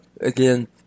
again